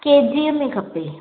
केजीअ में खपे